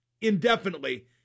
indefinitely